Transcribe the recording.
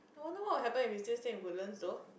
wonder what will happen if you still stay in Woodlands though